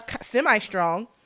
Semi-strong